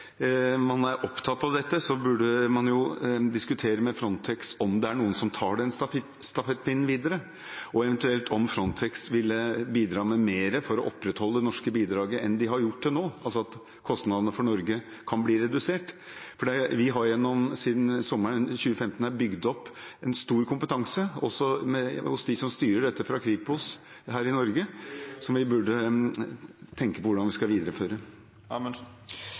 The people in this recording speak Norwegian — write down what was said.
opptatt av dette, burde man diskutere med Frontex om det er noen som tar den stafettpinnen videre, og eventuelt om Frontex vil bidra med mer for å opprettholde det norske bidraget enn de har gjort til nå, altså at kostnadene for Norge kan bli redusert. For vi har siden sommeren 2015 bygd opp en stor kompetanse – også hos dem som styrer dette fra Kripos her i Norge – som vi burde tenke på hvordan vi skal videreføre.